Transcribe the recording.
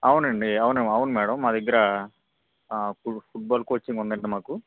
అవునండి అవును అవును మ్యాడం మా దగ్గర ఇప్పుడు ఫుట్ బాల్ కోచింగ్ ఉందండి మాకు